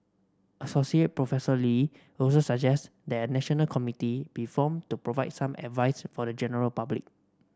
associate Professor Lee also suggest that national committee be formed to provide some advice for the general public